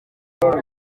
uru